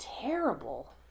terrible